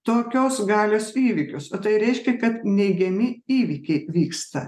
tokios galios įvykius o tai reiškia kad neigiami įvykiai vyksta